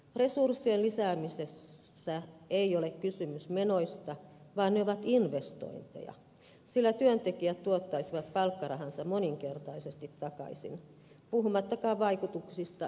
resurssien lisäämisessä ei ole kysymys menoista vaan ne ovat investointeja sillä työntekijät tuottaisivat palkkarahansa moninkertaisesti takaisin puhumattakaan vaikutuksista yritysten kilpailuun